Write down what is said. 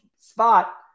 spot